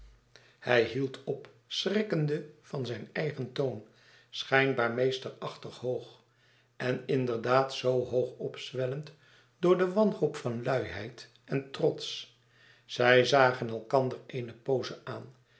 hij hield op schrikkende van zijn eigen toon schijnbaar meesterachtig hoog en inderdaad zoo opzwellend door de wanhoop van luiheid en trots zij zagen elkander eene pooze aan